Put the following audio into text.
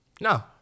No